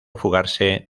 fugarse